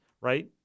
right